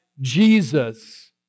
Jesus